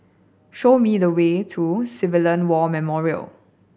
show me the way to Civilian War Memorial